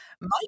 Mike